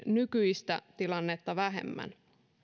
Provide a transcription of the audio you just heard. nykyistä tilannetta vähemmän